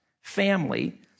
family